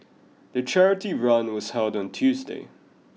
the charity run was held on Tuesday